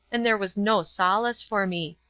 and there was no solace for me.